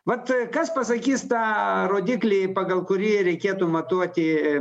vat kas pasakys tą rodiklį pagal kurį reikėtų matuoti